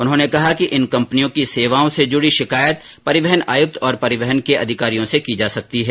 उन्होंने कहा कि इन कंपनियों की सेवाओं से जुड़ी शिकायत परिवहन आयुक्त और परिवहन के अधिकारियों से भी की जा सकती है